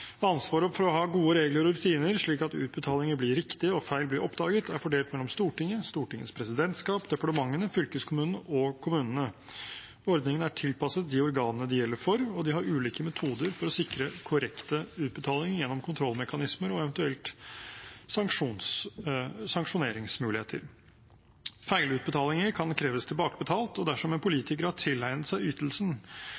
Ansvaret for å ha gode regler og rutiner slik at utbetalingene blir riktig, og feil blir oppdaget, er fordelt mellom Stortinget, Stortingets presidentskap, departementene, fylkeskommunene og kommunene. Ordningene er tilpasset de organene de gjelder for, og de har ulike metoder for å sikre korrekte utbetalinger gjennom kontrollmekanismer og eventuelt sanksjoneringsmuligheter. Feilutbetalinger kan kreves tilbakebetalt, og dersom en